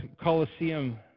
Colosseum